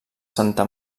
santa